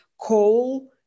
coal